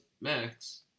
Max